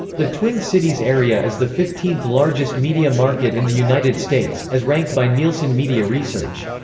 the twin cities area is the fifteenth-largest media market in the united states, as ranked by nielsen media research.